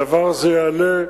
הדבר הזה יעלה,